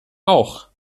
auch